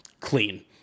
clean